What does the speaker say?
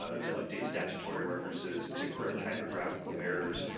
ah to update statutory references, to correct typographical errors,